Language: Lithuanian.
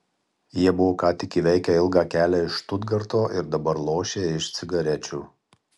jie buvo ką tik įveikę ilgą kelią iš štutgarto ir dabar lošė iš cigarečių